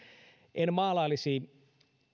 en maalailisi